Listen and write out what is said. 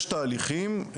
יש תהליכים,